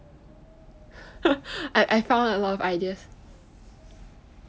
I found a lot of ideas